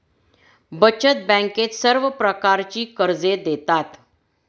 बचत बँकेत सर्व प्रकारची कर्जे देतात